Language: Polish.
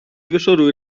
wyszoruj